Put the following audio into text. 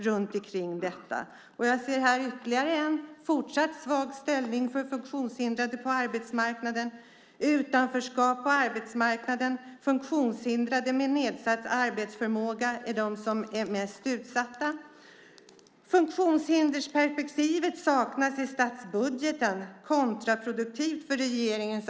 Rubrikerna talar om fortsatt svag ställning för funktionshindrade på arbetsmarknaden, utanförskap på arbetsmarknaden för funktionshindrade med nedsatt arbetsförmåga och att det är kontraproduktivt för regeringen att funktionshinderperspektiv saknas i statsbudgeten.